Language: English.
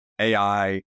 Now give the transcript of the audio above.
AI